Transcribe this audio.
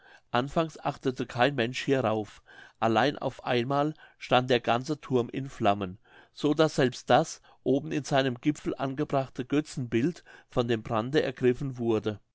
anfangs achtete kein mensch hierauf allein auf einmal stand der ganze thurm in flammen so daß selbst das oben in seinem gipfel angebrachte götzenbild von dem brande ergriffen wurde